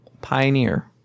Pioneer